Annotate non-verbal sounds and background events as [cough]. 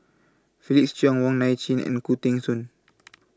Felix Cheong Wong Nai Chin and Khoo Teng Soon [noise]